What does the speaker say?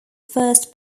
first